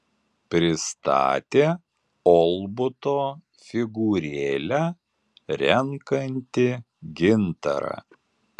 pristatė olbuto figūrėlę renkanti gintarą